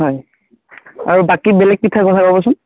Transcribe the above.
হয় আৰু বাকী বেলেগ পিঠা কথা ক'বচোন